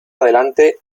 adelante